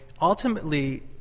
ultimately